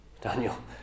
Daniel